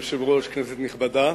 כבוד היושב-ראש, כנסת נכבדה,